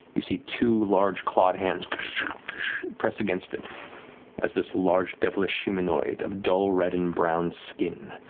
you see two large clawed hands press against it as this large devilish humanoid of dull red and brown skin,